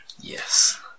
Yes